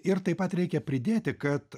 ir taip pat reikia pridėti kad